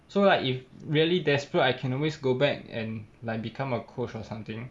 so like if really desperate I can always go back and like become a coach or something